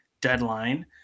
deadline